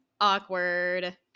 awkward